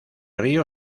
río